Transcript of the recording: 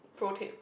pro tip